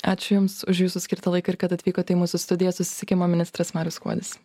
ačiū jums už jūsų skirtą laiką ir kad atvykote į mūsų studiją susisiekimo ministras marius skuodis